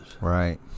right